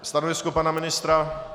Stanovisko pana ministra?